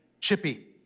Chippy